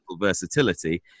versatility